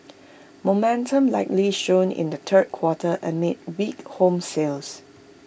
momentum likely slowed in the third quarter amid weak home sales